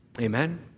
Amen